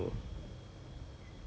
mm